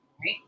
right